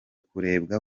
kurebwa